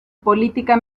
política